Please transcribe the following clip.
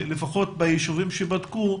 לפחות ביישובים שבדקו,